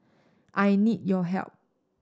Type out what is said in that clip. I need your help